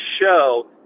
show